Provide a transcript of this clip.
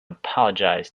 apologised